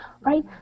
Right